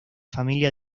familia